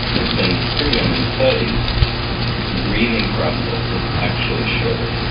it's been proven in studies, the grieving process is actually shorter.